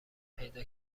پیدا